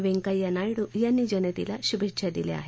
व्यंकय्या नायडू यांनी जनतेला शुभेच्छा दिल्या आहेत